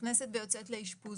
נכנסת ויוצאת לאשפוז.